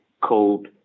called